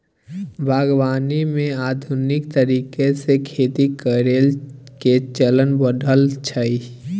बागवानी मे आधुनिक तरीका से खेती करइ के चलन बढ़ल छइ